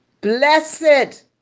Blessed